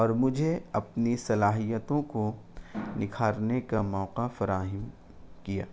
اور مجھے اپنی صلاحیتوں کو نکھارنے کا موقع فراہم کیا